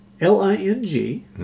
L-I-N-G